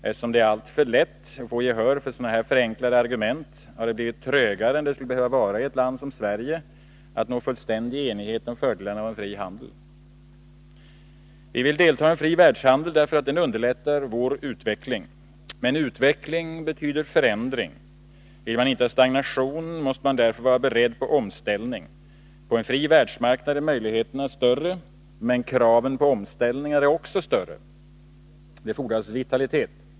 Eftersom det är alltför lätt att få gehör för sådana förenklade argument har det blivit trögare än det skulle behöva vara i ett land som Sverige att nå fullständig enighet om fördelarna av en fri handel. Vi vill delta i en fri världshandel därför att den underlättar vår utveckling. Men utveckling betyder förändring. Vill man inte ha stagnation måste man därför vara beredd på omställning. På en fri världsmarknad är möjligheterna större, men kraven på omställningar är också större. Det fordras vitalitet.